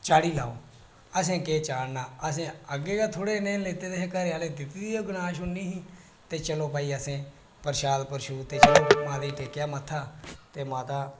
चाढ़ी लैओ असें केह् चाढ़ना असें अग्गै गै थोह्ड़े ने लेते दे हे घरे आहलें दित्ती दी गै गंजैश उन्नी ही ते चलो भाई प्रसाद प्रसूद लेइयै टेकेआ मत्था माता